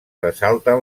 ressalten